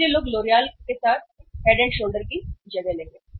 इसलिए लोग लोरियल के साथ हेड और शोल्डर की जगह लेंगे